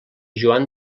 joan